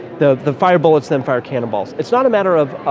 the the fire bullets then fire cannonballs, it's not a matter of,